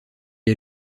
est